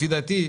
לפי דעתי,